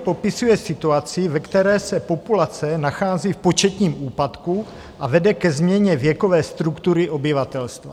A teorie popisuje situaci, ve které se populace nachází v početním úpadku a vede ke změně věkové struktury obyvatelstva.